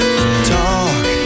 Talk